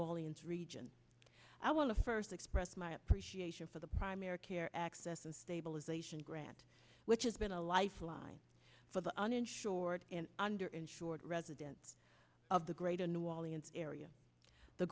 orleans region i want to first express my appreciation for the primary care access and stabilization grant which has been a lifeline for the uninsured and underinsured residents of the greater new orleans area the